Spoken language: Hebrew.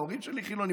ההורים שלי חילונים,